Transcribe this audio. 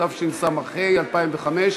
התשס"ה 2005,